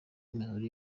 imihoro